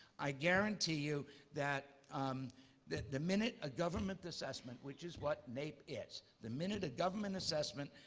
i guarantee you that um the the minute a government assessment, which is what naep is, the minute a government assessment,